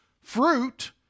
fruit